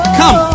come